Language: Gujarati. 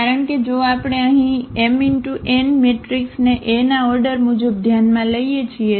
કારણ કે જો આપણે અહીં mn મેટ્રિક્સને A ના ઓર્ડર મુજબ ધ્યાનમાં લઈએ છીએ